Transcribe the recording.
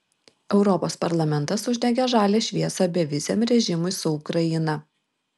europos parlamentas uždegė žalią šviesą beviziam režimui su ukraina